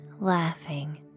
laughing